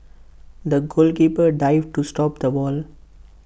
the goalkeeper dived to stop the ball